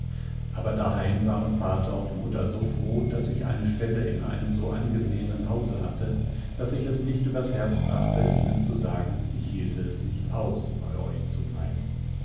aber daheim waren vater und mutter so froh daß ich eine stelle in einem so angesehenen hause hatte daß ich es nicht übers herz brachte ihnen zu sagen ich hielte es nicht aus bei euch zu bleiben